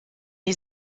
die